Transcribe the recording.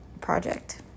project